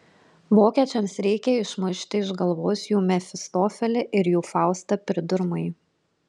vokiečiams reikia išmušti iš galvos jų mefistofelį ir jų faustą pridurmai